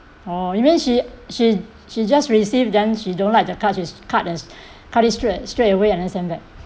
oh you mean she she she just receive then she don't like the card she cut as cut it straight straight away and send back